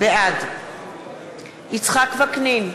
בעד יצחק וקנין,